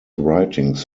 writings